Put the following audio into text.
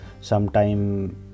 sometime